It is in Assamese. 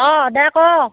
অঁ দা কওক